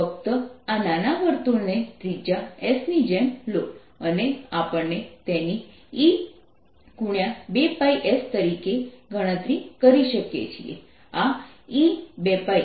ફક્ત આ નાના વર્તુળને ત્રિજ્યા s ની જેમ લો અને આપણે તેની E2πs તરીકે ગણતરી કરી શકીએ છીએ આ E2πs dBdt